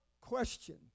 question